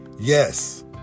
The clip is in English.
yes